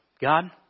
God